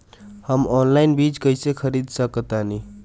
हम ऑनलाइन बीज कईसे खरीद सकतानी?